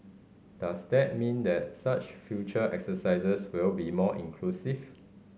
does that mean that such future exercises will be more inclusive